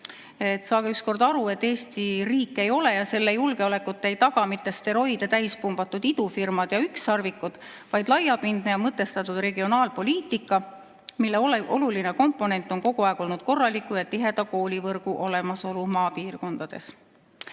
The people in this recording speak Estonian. Saage ükskord aru, et Eesti riik ei ole ja selle julgeolekut ei taga mitte steroide täis pumbatud idufirmad ja ükssarvikud, vaid laiapindne ja mõtestatud regionaalpoliitika, mille oluline komponent on kogu aeg olnud korraliku ja tiheda koolivõrgu olemasolu maapiirkondades. Tulles